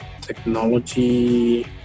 technology